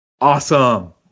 Awesome